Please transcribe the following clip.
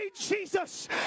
Jesus